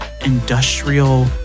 industrial